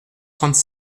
trente